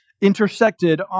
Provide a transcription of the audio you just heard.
intersected